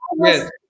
Yes